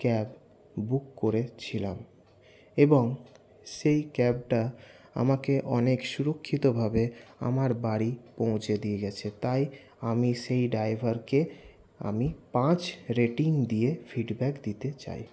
cab book করেছিলাম এবং সেই ক্যাবটা আমাকে অনেক সুরক্ষিতভাবে আমার বাড়ি পৌঁছে দিয়ে গেছে তাই আমি সেই ড্রাইভারকে আমি পাঁচ রেটিং দিয়ে ফিডব্যাক দিতে চাই